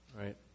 right